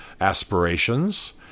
aspirations